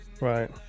Right